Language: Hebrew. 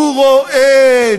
הוא רועד,